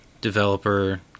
developer